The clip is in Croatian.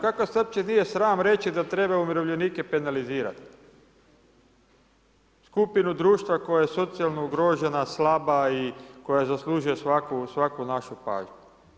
Kako vas uopće nije sram reći da treba umirovljenike penalizirati, skupinu društva koja je socijalno ugrožena, slaba i koja zaslužuje svaku našu pažnju.